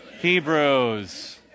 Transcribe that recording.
Hebrews